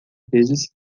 vezes